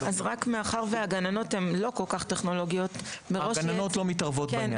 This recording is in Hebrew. מאחר שהגננות הן לא כל כך טכנולוגיות --- הגננות לא מתערבות בעניין.